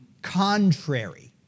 Contrary